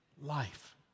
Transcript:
life